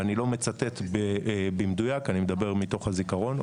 ואני לא מצטט במדויק אני מדבר מתוך הזיכרון,